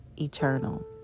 eternal